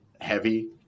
heavy